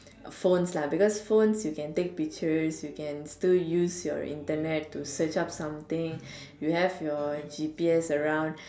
phones lah because phones you can take pictures you can still use your Internet to search up something you have your G_P_S around